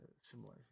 similar